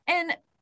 And-